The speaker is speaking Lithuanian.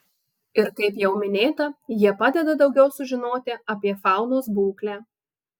ir kaip jau minėta jie padeda daugiau sužinoti apie faunos būklę